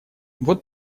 вот